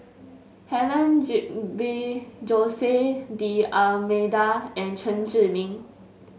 Helen Gilbey Jose D'Almeida and Chen Zhiming